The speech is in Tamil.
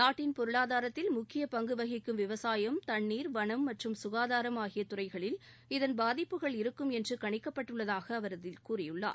நாட்டின் பொருளாதாரத்தில் முக்கிய பங்கு வகிக்கும் விவசாயம் தண்ணீர் வனங்கள் மற்றும் ககாதாரம் ஆகிய துறைகளில் இதன் பாதிப்புகள் இருக்கும் என்று கணிக்கப்பட்டுள்ளதாக அவர் அதில் கூறியுள்ளார்